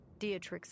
Deatrix